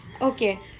Okay